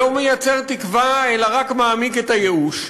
לא מייצר תקווה אלא רק מעמיק את הייאוש,